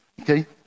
Okay